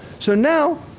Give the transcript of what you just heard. so now,